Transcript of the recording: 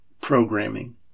programming